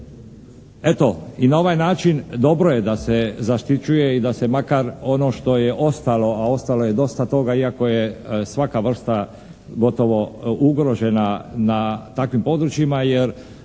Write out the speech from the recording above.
i na ovaj način dobro je da se zaštićuje i da se makar ono što je ostalo, a ostalo je dosta toga iako je svaka vrsta gotovo ugrožena na takvim područjima jer